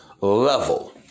level